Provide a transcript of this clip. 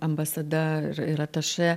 ambasada ir ir atašė